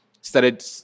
started